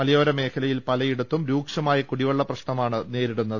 മലയോരമേഖലയിൽ പലയിടത്തും രൂക്ഷമായ കുടിവെള്ളപ്രശ്നമാണ് നേരിടുന്നത്